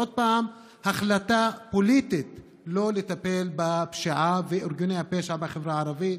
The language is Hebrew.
עוד פעם החלטה פוליטית לא לטפל בפשיעה ובארגוני הפשע בחברה הערבית.